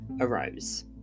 arose